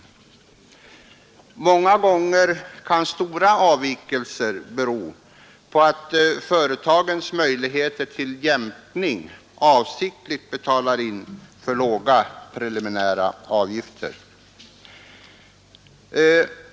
Många gånger kan stora avvikelser bero på att företagens möjligheter till jämkning medför att de avsiktligt betalar in för låga preliminära avgifter.